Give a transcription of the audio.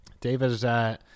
David